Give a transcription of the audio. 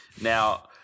Now